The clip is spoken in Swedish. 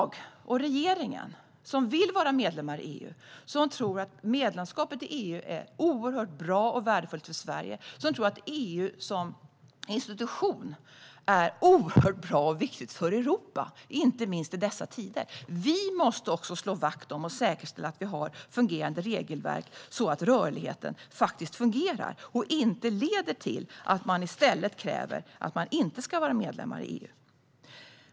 Jag och regeringen vill dock att Sverige ska vara medlem i EU. Vi tror att medlemskapet i EU är oerhört bra och värdefullt för Sverige, och vi tror att EU som institution är oerhört bra och viktigt för Europa - inte minst i dessa tider. Vi måste därför slå vakt om och säkerställa att vi har fungerande regelverk så att rörligheten faktiskt fungerar och inte leder till att man i stället kräver att Sverige inte ska vara medlem i EU.